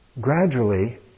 gradually